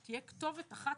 שתהיה כתובת אחת,